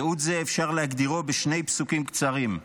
ייעוד זה, אפשר להגדירו בשני פסוקים קצרים: